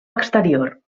exterior